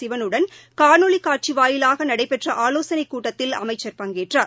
சிவனுடன் காணொலிக் காட்சி வாயிலாக நடைபெற்ற ஆலோசனைக் கூட்டத்தில் அமைச்சர் பங்கேற்றார்